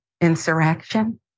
insurrection